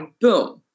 boom